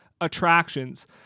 attractions